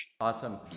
Awesome